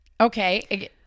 Okay